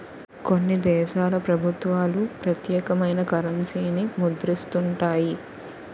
కొన్ని దేశాల ప్రభుత్వాలు ప్రత్యేకమైన కరెన్సీని ముద్రిస్తుంటాయి